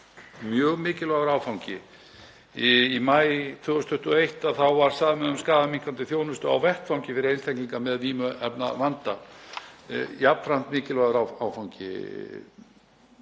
Mjög mikilvægur áfangi. Í maí 2021 var samið um skaðaminnkandi þjónustu á vettvangi fyrir einstaklinga með vímuefnavanda, það var jafnframt mikilvægur áfangi.